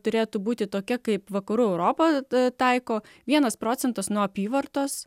turėtų būti tokia kaip vakarų europa taiko vienas procentas nuo apyvartos